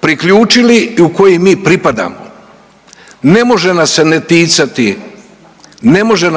priključili i u koji mi pripadamo. Ne može nas